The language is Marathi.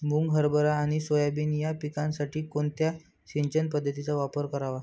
मुग, हरभरा आणि सोयाबीन या पिकासाठी कोणत्या सिंचन पद्धतीचा वापर करावा?